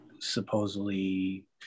supposedly